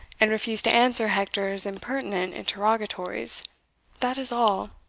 and refused to answer hector's impertinent interrogatories that is all.